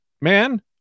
man